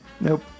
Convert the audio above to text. Nope